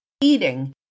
eating